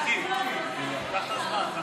מיקי, קח את הזמן.